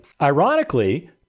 ironically